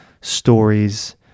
stories